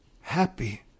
Happy